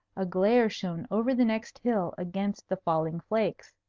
a glare shone over the next hill against the falling flakes.